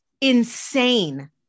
insane